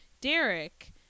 Derek